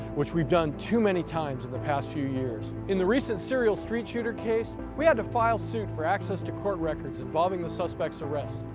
which we've done one too many times in the past few years. in the recent serial street shooter case, we had to file suit for access to court records involving the suspect's arrest.